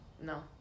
No